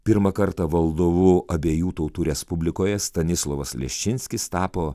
pirmą kartą valdovu abiejų tautų respublikoje stanislovas leščinskis tapo